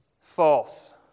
False